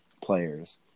players